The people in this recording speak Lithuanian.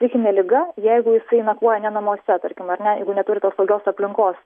psichine liga jeigu jisai nakvoja ne namuose tarkim ar ne jeigu neturi tos saugios aplinkos